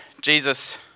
Jesus